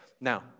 Now